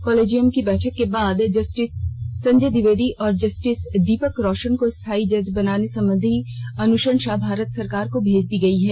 collegium की बैठक के बाद जस्टिस संजय द्विवेदी और जस्टिस दीपक रोशन को स्थाई जज बनाने संबंधी अनुशंसा भारत सरकार को भेज दी गई है